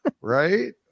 right